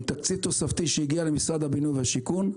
תקציב תוספתי שהגיע למשרד הבינוי והשיכון,